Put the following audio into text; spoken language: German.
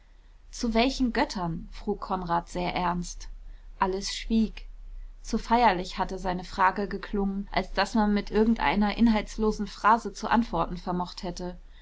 zu welchen göttern frug konrad sehr ernst alles schwieg zu feierlich hatte seine frage geklungen als daß man mit irgendeiner inhaltslosen phrase zu antworten vermocht hätte